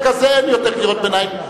מרגע זה אין יותר קריאות ביניים.